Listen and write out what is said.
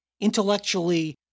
intellectually